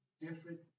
different